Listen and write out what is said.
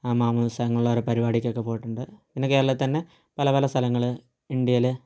മാമോതീസ അങ്ങനുള്ള പരിപാടിക്ക് ഒക്കെ പോയിട്ടുണ്ട് പിന്നെ കേരളത്തിൽ തന്നെ പല പല സ്ഥലങ്ങൾ ഇന്ത്യയിൽ